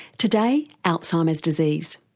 today, alzheimer's disease.